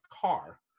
car